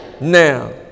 now